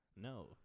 No